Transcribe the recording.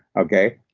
okay?